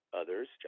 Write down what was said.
others